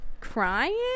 crying